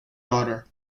daughter